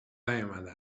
نیامده